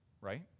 Right